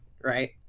right